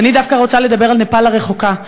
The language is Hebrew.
ואני דווקא רוצה לדבר על נפאל הרחוקה.